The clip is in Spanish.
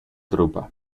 drupa